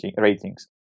ratings